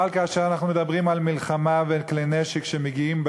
אבל כאשר אנחנו מדברים על מלחמה ועל כלי נשק שמביאים,